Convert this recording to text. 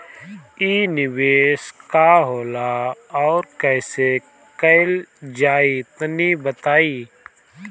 इ निवेस का होला अउर कइसे कइल जाई तनि बताईं?